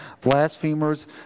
blasphemers